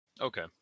Okay